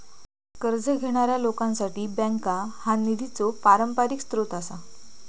कर्ज घेणाऱ्या लोकांसाठी बँका हा निधीचो पारंपरिक स्रोत आसा